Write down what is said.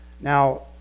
Now